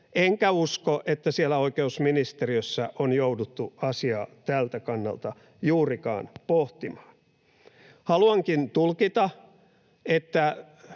enkä usko, että siellä oikeusministeriössä on jouduttu asiaa tältä kannalta juurikaan pohtimaan. Haluankin tulkita, että